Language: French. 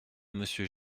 monsieur